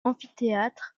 amphithéâtre